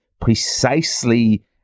precisely